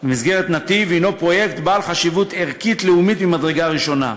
במסגרת "נתיב" הוא פרויקט בעל חשיבות ערכית לאומית ממדרגה ראשונה.